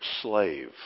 slave